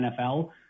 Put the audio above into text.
NFL